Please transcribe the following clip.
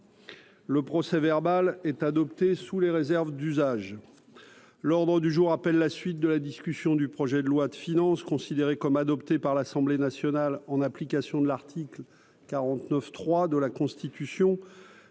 Le procès verbal est adoptée sous les réserves d'usage, l'ordre du jour appelle la suite de la discussion du projet de loi de finances, considéré comme adopté par l'Assemblée nationale, en application de l'article 49 3 de la Constitution